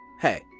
Hey